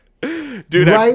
dude